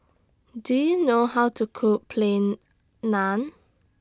Do YOU know How to Cook Plain Naan